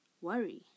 worry